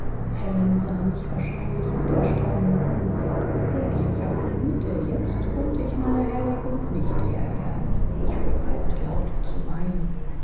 helen sah mich wahrscheinlich mit erstaunen an wie sehr ich mich auch bemühte jetzt konnte ich meiner erregung nicht herr werden ich fuhr fort laut zu weinen